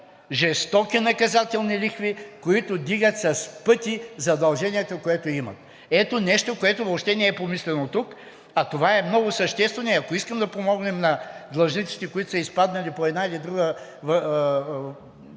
жестоки наказателни лихви, които вдигат с пъти задължението, което имат. Ето нещо, което въобще не е помислено тук, а това е много съществено и ако искаме да помогнем на длъжниците, които са изпаднали по едно или друго